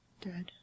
Dead